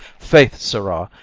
faith, sirrah,